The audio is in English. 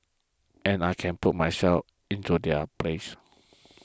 and I can put myself into their place